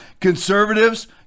Conservatives